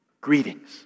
Greetings